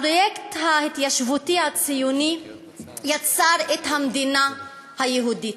הפרויקט ההתיישבותי הציוני יצר את המדינה היהודית,